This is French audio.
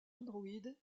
android